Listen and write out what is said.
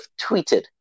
tweeted